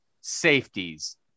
safeties